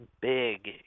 big